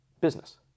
business